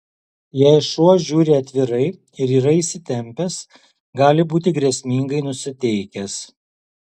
jei šuo žiūri atvirai ir yra įsitempęs gali būti grėsmingai nusiteikęs